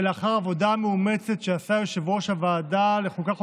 לאחר עבודה מאומצת שעשה יושב-ראש ועדת החוקה,